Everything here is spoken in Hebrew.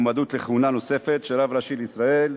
(הצגת מועמדות לכהונה נוספת של רב ראשי לישראל),